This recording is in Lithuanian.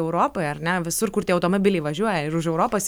europoj ar ne visur kur tie automobiliai važiuoja ir už europos